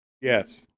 Yes